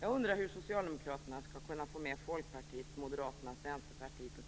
Jag undrar hur Socialdemokraterna skall kunna få med Folkpartiet, Moderaterna, Centerpartiet och